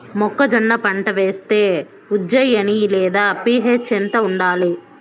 మొక్కజొన్న పంట వేస్తే ఉజ్జయని లేదా పి.హెచ్ ఎంత ఉండాలి?